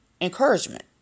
encouragement